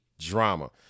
Drama